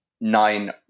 nine